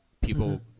people